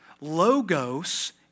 Logos